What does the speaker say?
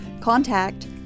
contact